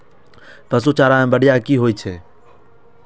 पशु चारा मैं बढ़िया की होय छै?